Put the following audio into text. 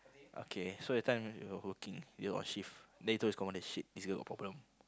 okay so that time they were working they on shift then he tell his commander shit this girl got problem